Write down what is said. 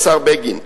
השר בגין,